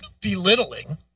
belittling